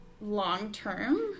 long-term